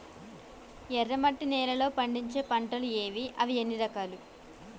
ఎర్రమట్టి నేలలో పండించే పంటలు ఏవి? అవి ఎన్ని రకాలు?